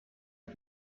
auf